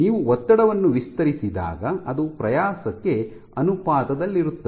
ನೀವು ಒತ್ತಡವನ್ನು ವಿಸ್ತರಿಸಿದಾಗ ಅದು ಪ್ರಯಾಸಕ್ಕೆ ಅನುಪಾತದಲ್ಲಿರುತ್ತದೆ